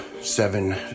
seven